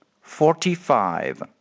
Forty-five